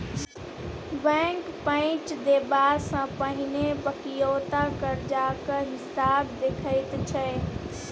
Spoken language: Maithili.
बैंक पैंच देबा सँ पहिने बकिऔता करजाक हिसाब देखैत छै